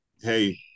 hey